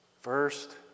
First